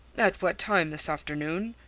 at what time this afternoon?